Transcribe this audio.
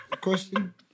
question